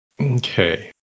Okay